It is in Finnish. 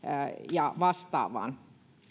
ja vastaaviin